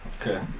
Okay